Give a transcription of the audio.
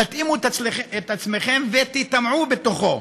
תתאימו את עצמכם ותיטמעו בתוכו.